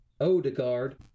Odegaard